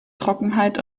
trockenheit